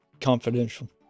confidential